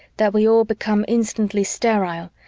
that we all become instantly sterile,